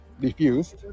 refused